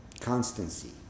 constancy